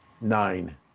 nine